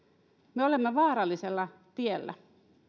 me olemme vaarallisella tiellä